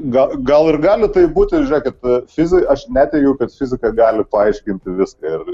gal gal ir gali taip būti žiūrėkit fizi aš netikiu kad fizika gali paaiškinti viską ir